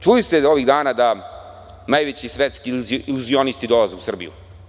Čuli ste ovih dana da najveći svetski iluzionisti dolaze u Srbiju.